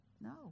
No